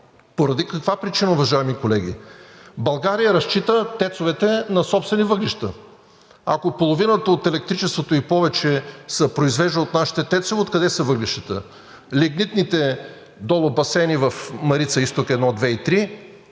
Поради каква причина, уважаеми колеги? България разчита тецовете на собствени въглища. Ако половината от електричеството и повече се произвежда от нашите тецове, откъде са въглищата? Лигнитните басейни долу в Марица изток – 1, 2 и 3,